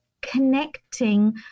connecting